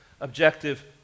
Objective